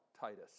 Titus